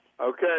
Okay